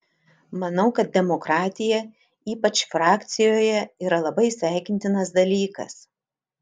manau kad demokratija ypač frakcijoje yra labai sveikintinas dalykas